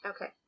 Okay